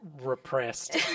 repressed